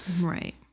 Right